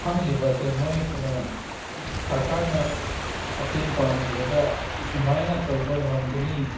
ꯐꯪꯂꯤꯕꯁꯦ ꯃꯣꯏ ꯀꯩꯅꯣ ꯁꯔꯀꯥꯔꯅ ꯃꯇꯦꯡ ꯄꯥꯡꯕꯤꯔꯒ ꯁꯨꯃꯥꯏꯅ ꯇꯧꯕ ꯉꯝꯒꯅꯤ